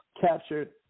captured